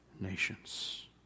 nations